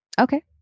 Okay